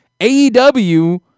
AEW